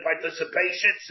participation